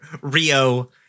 Rio